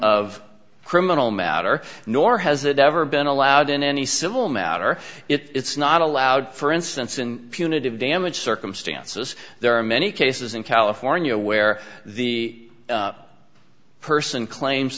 of criminal matter nor has it ever been allowed in any civil matter it's not allowed for instance in punitive damage circumstances there are many cases in california where the person claims